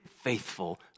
faithful